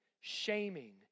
shaming